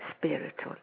spiritual